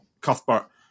Cuthbert